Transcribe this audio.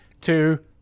two